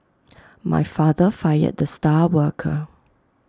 my father fired the star worker